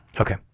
Okay